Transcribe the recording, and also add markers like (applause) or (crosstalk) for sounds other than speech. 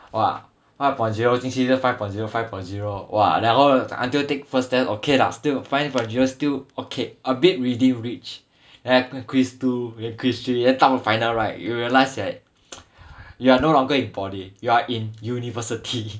!wah! five point zero 进去就是 five point zero five point zero !wah! ya lor until take first test okay lah still five points zero still okay a bit within reach then after quiz two then quiz three then 到 final right you realise that (noise) you are no longer in poly you are in university